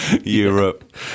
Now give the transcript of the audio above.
Europe